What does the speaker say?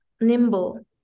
nimble